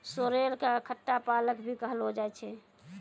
sorrel कॅ खट्टा पालक भी कहलो जाय छै